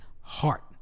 heart